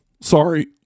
Sorry